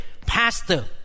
Pastor